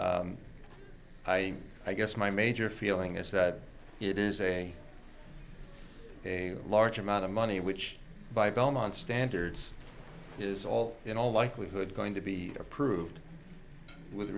i i guess my major feeling is that it is a a large amount of money which by belmont standards is all in all likelihood going to be approved with